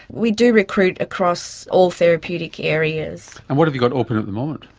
we do recruit across all therapeutic areas. and what have you got open at the moment?